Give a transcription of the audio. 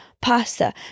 pasta